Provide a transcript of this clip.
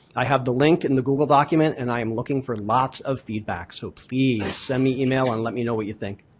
i have the link in the good document and i am looking for lots of feedback, so please send me e-mail and let me know what you think.